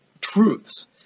truths